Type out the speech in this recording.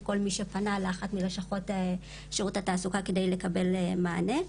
כל מי שפנה מאחת מלשכות שירות התעסוקה על מנת לקבל מענה-